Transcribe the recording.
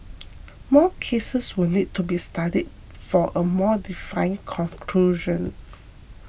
more cases will need to be studied for a more definite conclusion